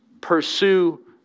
pursue